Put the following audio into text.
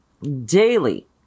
Daily